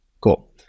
cool